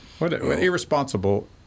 Irresponsible